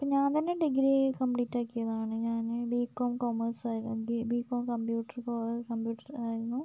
ഇപ്പോൾ ഞാൻ തന്നെ ഡിഗ്രി കമ്പ്ലീറ്റാക്കിയതാണ് ഞാൻ ബികോം കോമേഴ്സ് ആയിരുന്നു ബികോം കമ്പ്യൂട്ടർ കമ്പ്യൂട്ടർ കോ കമ്പ്യൂട്ടർ ആയിരുന്നു